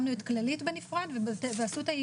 שמנו את כללית בנפרד, ואסותא,